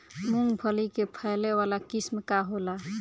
मूँगफली के फैले वाला किस्म का होला?